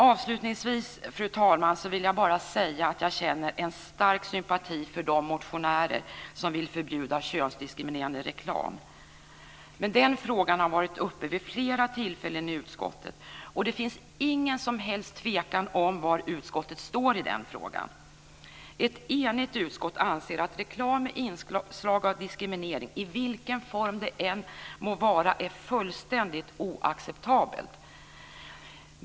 Avslutningsvis, fru talman, vill jag bara säga att jag känner en stark sympati för de motionärer som vill förbjuda könsdiskriminerande reklam. Men den frågan har varit uppe vid flera tillfällen i utskottet, och det finns ingen som helst tvekan om var utskottet står i den frågan. Ett enigt utskott anser att det är fullständigt oacceptabelt med reklam med inslag av diskriminering, i vilken form det än må vara.